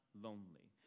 lonely